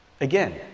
Again